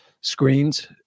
screens